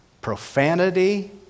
profanity